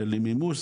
למימוש,